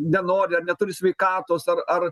nenori ar neturi sveikatos ar ar